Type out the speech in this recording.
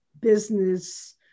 business